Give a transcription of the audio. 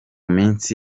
minsi